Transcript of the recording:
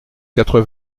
quatre